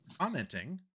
commenting